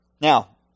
Now